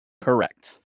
Correct